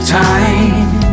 time